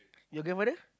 your grandmother